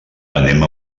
anem